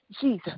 Jesus